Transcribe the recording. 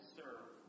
serve